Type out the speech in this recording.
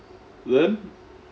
then